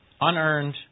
unearned